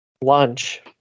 lunch